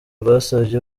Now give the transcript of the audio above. rwasabye